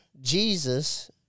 Jesus